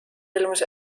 ilmus